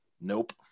nope